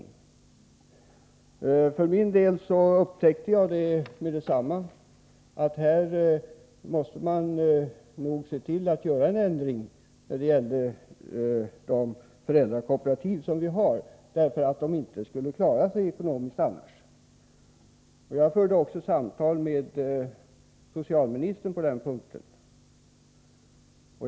För min del upptäckte jag med detsamma att man måste göra en ändring när det gällde de föräldrakooperativ vi har, annars skulle de inte klara sig ekonomiskt. Jag förde också samtal med socialministern på den punkten.